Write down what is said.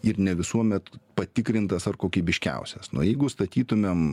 ir ne visuomet patikrintas ar kokybiškiausias nu jeigu statytumėm